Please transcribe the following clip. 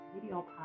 video